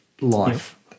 life